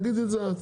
תגידי את זה את.